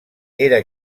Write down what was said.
era